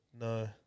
No